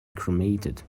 cremated